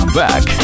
back